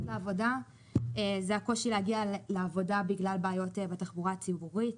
לעבודה הוא הקושי להגיע לעבודה בגלל בעיות בתחבורה הציבורית.